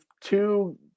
two